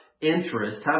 interest